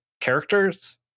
characters